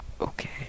Okay